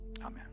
Amen